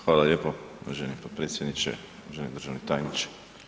Hvala lijepo uvaženi potpredsjedniče, uvaženi državni tajniče.